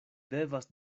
devas